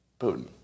Putin